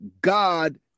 God